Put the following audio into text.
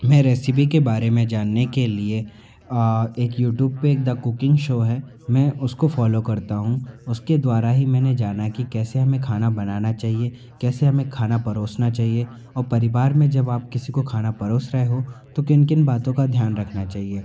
मैं रेसिपी के बारे में जानने के लिए एक यूटूब पर द कुकिंग शो है मैं उसको फॉलो करता हूँ उसके द्वारा ही मैंने जाना कि कैसे हमें खाना बनाना चाहिए कैसे हमें खाना परोसना चाहिए और परिवार में जब आप किसी को खाना परोस रहे हों तो किन किन बातों का ध्यान रखना चाहिए